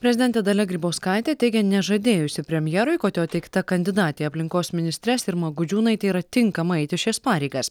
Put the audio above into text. prezidentė dalia grybauskaitė teigia nežadėjusi premjerui kad jo teikta kandidatė į aplinkos ministres irma gudžiūnaitė yra tinkama eiti šias pareigas